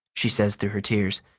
she says through her tears.